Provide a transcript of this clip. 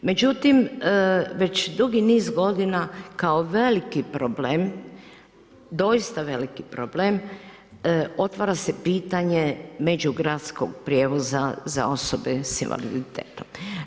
Međutim već dugi niz godina kao veliki problem doista veliki problem, otvara se pitanje međugradskog prijevoza za osobe s invaliditetom.